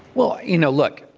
well, you know, look,